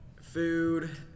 food